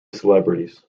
celebrities